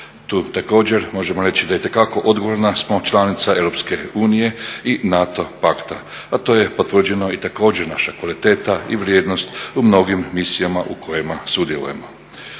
Tu također možemo reći da itekako odgovorna smo članica Europske unije i NATO pakta, a to je potvrđeno i također naša kvaliteta i vrijednost u mnogim misijama u kojima sudjelujemo.